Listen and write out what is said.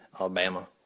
Alabama